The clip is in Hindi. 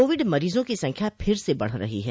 कोविड मरीजों की संख्या फिर से बढ़ रही है